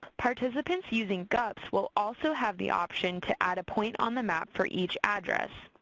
participants using gups will also have the option to add a point on the map for each address,